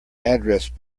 address